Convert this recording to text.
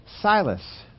Silas